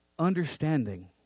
understanding